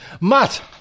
Matt